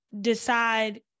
decide